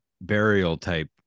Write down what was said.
burial-type